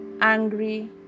angry